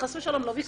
חס ושלום, לא ביקרתי.